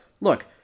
look